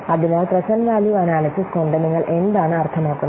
അതിനാൽ present value analysis കൊണ്ട് നിങ്ങൾ എന്താണ് അർത്ഥമാക്കുന്നത്